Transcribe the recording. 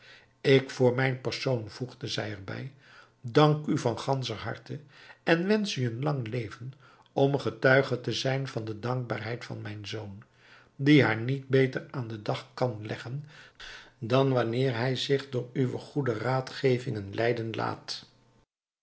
ik voor mijn persoon voegde zij er bij dank u van ganscher harte en wensch u een lang leven om getuige te zijn van de dankbaarheid van mijn zoon die haar niet beter aan den dag kan leggen dan wanneer hij zich door uw goede raadgevingen leiden laat